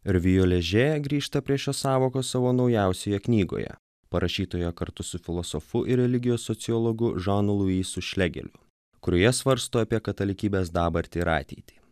ervju ležė grįžta prie šios sąvokos savo naujausioje knygoje parašytoje kartu su filosofu ir religijos sociologu žanu luisu šlegeliu kurioje svarsto apie katalikybės dabartį ir ateitį